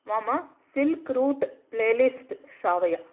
मम silk route playlist श्रावय